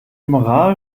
moral